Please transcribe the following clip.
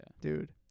dude